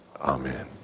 Amen